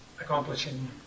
accomplishing